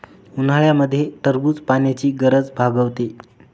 उन्हाळ्यामध्ये टरबूज पाण्याची गरज भागवते